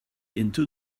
into